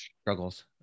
struggles